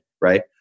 right